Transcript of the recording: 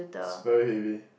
it's very heavy